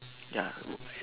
ya